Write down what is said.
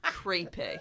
Creepy